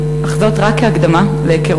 אשר בירכו את קודמי חזרו ואמרו כי שותפות